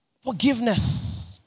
Forgiveness